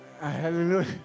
Hallelujah